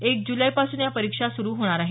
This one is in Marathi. एक जुलैपासून या परीक्षा होणार आहेत